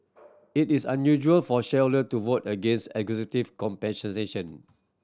it is unusual for shareholder to vote against executive compensation